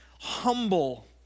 humble